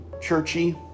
churchy